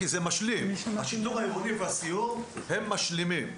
כי זה משלים השיטור העירוני והסיור הם משלימים.